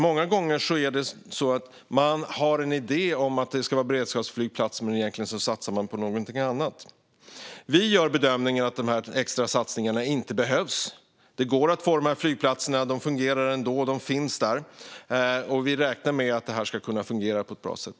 Många gånger har man en idé om att det ska vara en beredskapsflygplats, men egentligen satsar man på någonting annat. Vi gör bedömningen att de här extra satsningarna inte behövs. Det går att använda de flygplatser som redan finns, och vi räknar med att det ska kunna fungera på ett bra sätt.